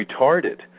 retarded